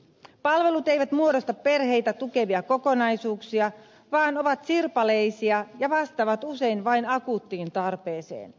palvelut eivät muodosta perheitä tukevia kokonaisuuksia vaan ovat sirpaleisia ja vastaavat usein vain akuuttiin tarpeeseen